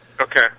Okay